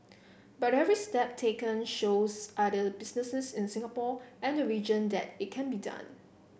but every step taken shows other businesses in Singapore and the region that it can be done